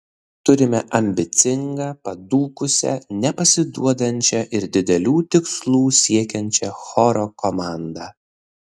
turime ambicingą padūkusią nepasiduodančią ir didelių tikslų siekiančią choro komandą